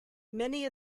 many